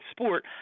sport